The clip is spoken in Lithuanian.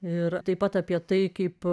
ir taip pat apie tai kaip